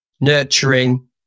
nurturing